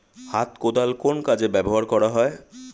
হাত কোদাল কোন কাজে ব্যবহার করা হয়?